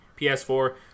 PS4